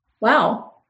wow